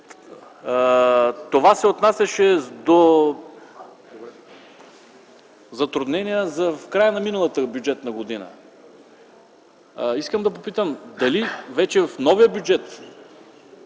това се отнасяше за затруднения в края на миналата бюджетна година, то искам да попитам: дали в новия бюджет